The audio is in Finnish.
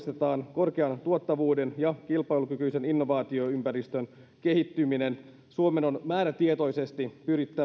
mahdollistetaan korkean tuottavuuden ja kilpailukykyisen innovaatioympäristön kehittyminen suomen on määrätietoisesti pyrittävä